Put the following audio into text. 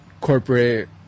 corporate